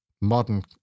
modern